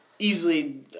Easily